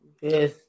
Yes